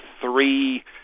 three